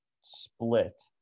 split